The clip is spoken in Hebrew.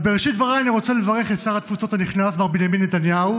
אז בראשית דבריי אני רוצה לברך את שר התפוצות הנכנס מר בנימין נתניהו,